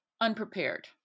unprepared